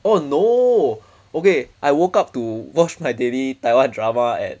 oh no okay I woke up to watch my daily Taiwan drama at